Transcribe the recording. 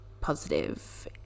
positive